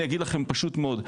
אני אגיד לכם, פשוט מאוד.